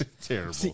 Terrible